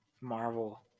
Marvel